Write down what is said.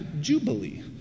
Jubilee